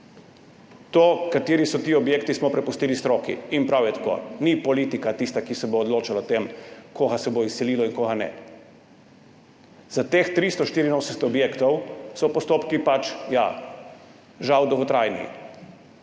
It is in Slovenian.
To, kateri so ti objekti, smo prepustili stroki. In prav je tako, ni politika tista, ki bo odločala tem, koga se bo izselilo in koga ne. Za teh 384 objektov so postopki pač, ja, žal dolgotrajni,